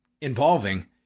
involving